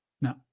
No